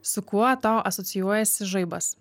su kuo tau asocijuojasi žaibas